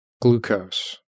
glucose